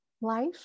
Life